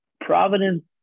Providence